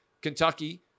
Kentucky